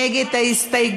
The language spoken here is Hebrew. מי נגד ההסתייגות?